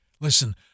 Listen